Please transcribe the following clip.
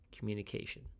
communication